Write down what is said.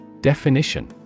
Definition